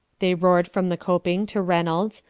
they roared from the coping to reynolds,